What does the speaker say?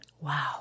Wow